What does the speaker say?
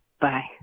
Bye